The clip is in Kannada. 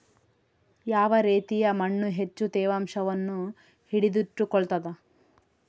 ಯಾವ ರೇತಿಯ ಮಣ್ಣು ಹೆಚ್ಚು ತೇವಾಂಶವನ್ನು ಹಿಡಿದಿಟ್ಟುಕೊಳ್ತದ?